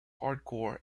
hardcore